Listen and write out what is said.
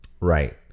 right